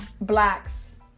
blacks